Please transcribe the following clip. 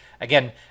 again